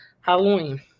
Halloween